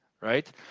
right